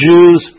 Jews